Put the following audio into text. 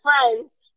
friends